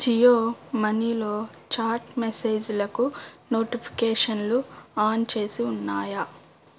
జియో మనీలో చాట్ మెసేజీలకు నోటిఫికేషన్లు ఆన్ చేసి ఉన్నాయా